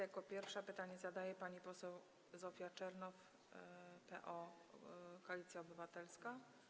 Jako pierwsza pytanie zadaje pani poseł Zofia Czernow, PO - Koalicja Obywatelska.